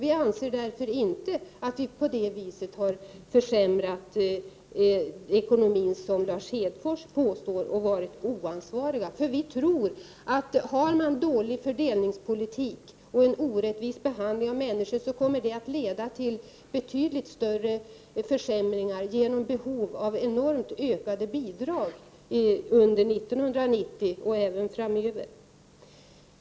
Vi anser därför inte att vi på något sätt har försämrat ekonomin och varit oansvariga, som Lars Hedfors påstår. Vi tror att för man en dålig fördelningspolitik och behandlar människor orättvist, så kommer det att leda till betydligt större försämringar genom behov av enormt ökade bidrag under 1990 och även framöver.